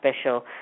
special